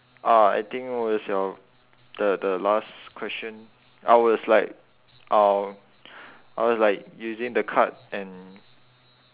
uh I think was your the the last question I was like uh I was like using the card and